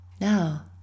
Now